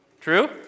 True